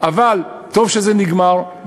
אבל טוב שזה נגמר.